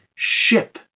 ship